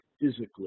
physically